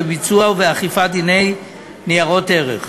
בביצוע ובאכיפת דיני ניירות ערך.